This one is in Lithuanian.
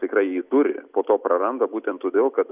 tikrai jį turi po to praranda būtent todėl kad